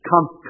Come